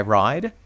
ride